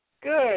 good